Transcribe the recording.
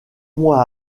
mois